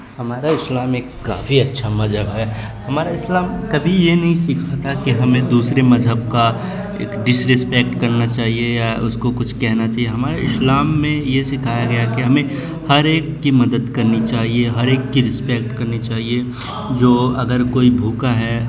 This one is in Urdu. ہمارا اسلام ایک کافی اچھا مذہب ہے ہمارا اسلام کبھی یہ نہیں سکھاتا کہ ہمیں دوسرے مذہب کا ایک ڈس رسپیکٹ کرنا چاہیے یا اس کو کچھ کہنا چاہیے ہمارے اسلام میں یہ سکھایا گیا کہ ہمیں ہر ایک کی مدد کرنی چاہیے ہر ایک کی رسپیکٹ کرنی چاہیے جو اگر کوئی بھوکا ہے